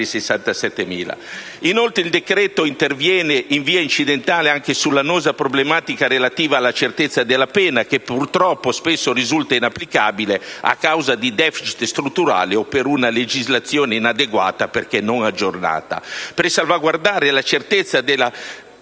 Inoltre, il decreto interviene in via incidentale anche sull'annosa problematica relativa alla certezza della pena che, purtroppo, spesso risulta inapplicabile a causa di *deficit* strutturali o per una legislazione inadeguata perché non aggiornata.